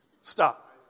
Stop